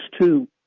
two